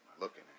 looking